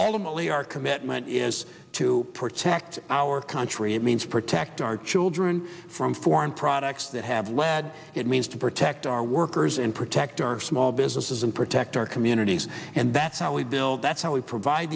only our commitment is to protect our country it means protect our children from foreign products that have led it means to protect our workers and protect our small businesses and protect our communities and that's how we build that's how we provide